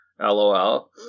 LOL